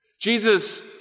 Jesus